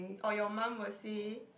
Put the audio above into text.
or you mum will say